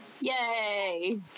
yay